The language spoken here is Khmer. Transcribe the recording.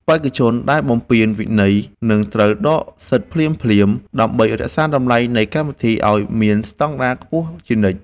បេក្ខជនដែលបំពានវិន័យនឹងត្រូវដកសិទ្ធិភ្លាមៗដើម្បីរក្សាតម្លៃនៃកម្មវិធីឱ្យមានស្តង់ដារខ្ពស់ជានិច្ច។